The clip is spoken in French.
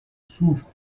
souffre